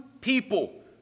people